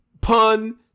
pun